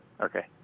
Okay